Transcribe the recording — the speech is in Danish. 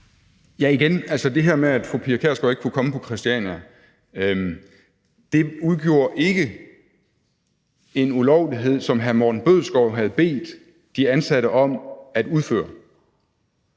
Igen: Det her med, at fru Pia Kjærsgaard ikke kunne komme på Christiania, udgjorde ikke en ulovlighed, som hr. Morten Bødskov havde bedt de ansatte om at udføre.